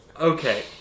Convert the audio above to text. Okay